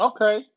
Okay